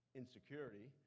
insecurity